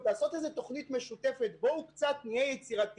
לעשות תוכנית משותפת בואו נהיה קצת יצירתיים,